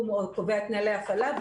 הוא קובע את נוהלי ההפעלה,